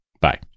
Bye